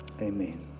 Amen